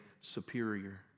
superior